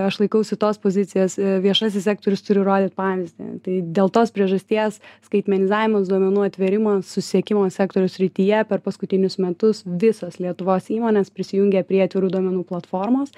aš laikausi tos pozicijos viešasis sektorius turi rodyt pavyzdį tai dėl tos priežasties skaitmenizavimas duomenų atvėrimas susisiekimo sektoriaus srityje per paskutinius metus visos lietuvos įmonės prisijungia prie atvirų duomenų platformos